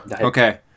Okay